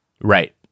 right